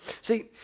See